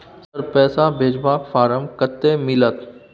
Sir, पैसा भेजबाक form कत्ते मिलत?